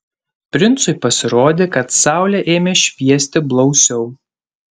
princui pasirodė kad saulė ėmė šviesti blausiau